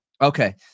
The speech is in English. okay